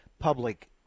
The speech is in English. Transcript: public